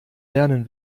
lernen